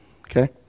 okay